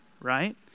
right